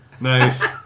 Nice